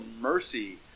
mercy